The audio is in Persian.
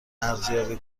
ارزیابی